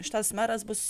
šitas meras bus